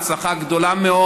ההצלחה גדולה מאוד.